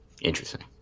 interesting